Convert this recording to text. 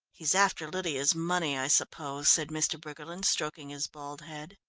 he's after lydia's money i suppose, said mr. briggerland, stroking his bald head.